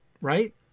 right